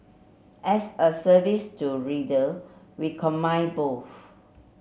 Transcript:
as a service to reader we combine both